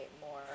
more